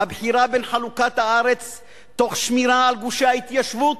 היא הבחירה בין חלוקת הארץ תוך שמירה על גושי ההתיישבות,